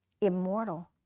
Immortal